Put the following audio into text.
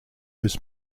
was